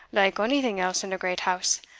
like onything else in a great house,